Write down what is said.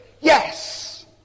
Yes